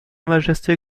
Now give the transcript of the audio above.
majesté